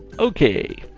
okay,